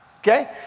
okay